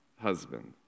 husband